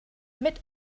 mit